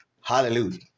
Hallelujah